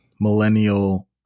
millennial